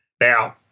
Now